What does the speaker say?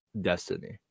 Destiny